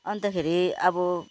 अन्तखेरि अब